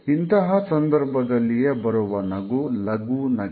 ಇಂತಹ ಸಂದರ್ಭದಲ್ಲಿಯೇ ಬರುವ ನಗು ಲಘು ನಗೆ